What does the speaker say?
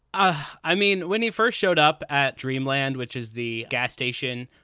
i mean, when he first showed up at dreamland, which is the gas station,